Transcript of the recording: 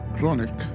Chronic